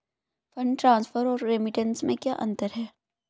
Fund transfer और remittance में क्या अंतर है?